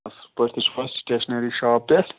اَصٕل پٲٹھۍ تُہۍ چھُو حظ سِٹیشنٔری شاپ پٮ۪ٹھ